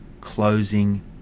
closing